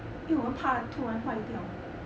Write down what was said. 因为我们怕突然坏掉